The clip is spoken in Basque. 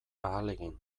ahalegin